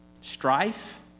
strife